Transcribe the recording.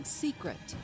secret